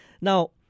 Now